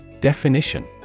Definition